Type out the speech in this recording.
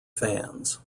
fans